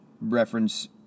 reference